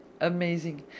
Amazing